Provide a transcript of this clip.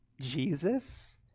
Jesus